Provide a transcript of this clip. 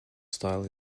style